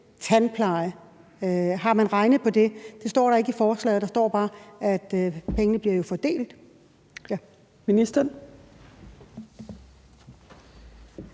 tandpleje? Har man regnet på det? Det står ikke i forslaget; der står bare, at pengene bliver fordelt.